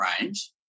range